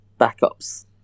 backups